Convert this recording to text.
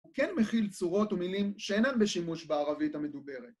הוא כן מכיל צורות ומילים שאינן בשימוש בערבית המדוברת.